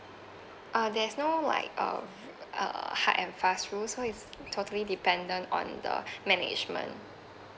uh there's no like uh uh hard and fast rules so is totally dependent on the management